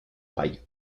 fallo